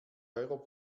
euro